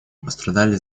пострадали